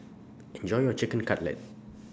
Enjoy your Chicken Cutlet